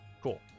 Cool